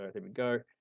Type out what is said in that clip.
it would go,